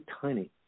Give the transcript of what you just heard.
tiny